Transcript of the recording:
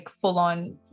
full-on